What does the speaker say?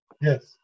Yes